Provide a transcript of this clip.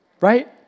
right